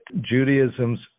Judaism's